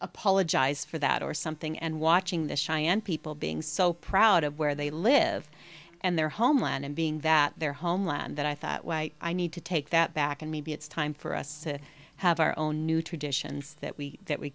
apologize for that or something and watching the cheyenne people being so proud of where they live and their homeland and being that their homeland that i thought why i need to take that back and maybe it's time for us to have our own new traditions that we that we